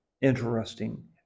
interesting